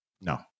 No